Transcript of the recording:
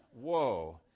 whoa